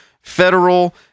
federal